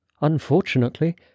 Unfortunately